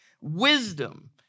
Wisdom